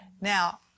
Now